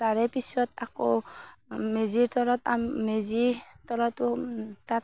তাৰে পিছত আকৌ মেজিৰ তলত মেজিৰ তলতো তাত